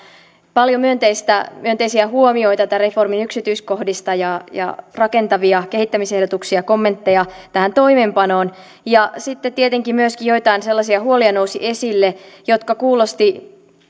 paljon myönteisiä myönteisiä huomioita tämän reformin yksityiskohdista ja ja rakentavia kehittämisehdotuksia kommentteja tähän toimeenpanoon ja sitten tietenkin myöskin joitakin sellaisia huolia nousi esille jotka kuulostivat